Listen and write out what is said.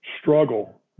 struggle